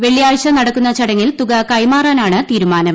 വെള്ളിയാഴ്ച നടക്കുന്ന ചടങ്ങിൽ തുക കൈമാറാനാണ് തീരുമാനം